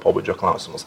pobūdžio klausimus